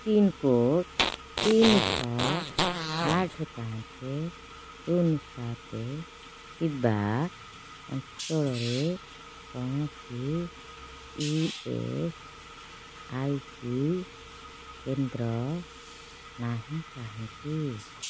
pincode ତିନି ଛଅ ଆଠ ପାଞ୍ଚ ଶୂନ ସାତ ଥିବା ଅଞ୍ଚଳରେ କୌଣସି ଇ ଏସ୍ ଆଇ ସି କେନ୍ଦ୍ର ନାହିଁ କାହିଁକି